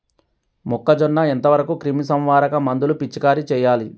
మొక్కజొన్న ఎంత వరకు క్రిమిసంహారక మందులు పిచికారీ చేయాలి?